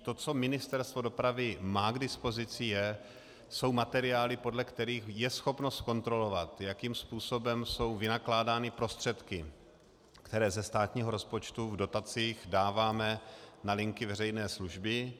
To, co Ministerstvo dopravy má k dispozici, jsou materiály, podle kterých je schopno zkontrolovat, jakým způsobem jsou vynakládány prostředky, které ze státního rozpočtu v dotacích dáváme na linky veřejné služby.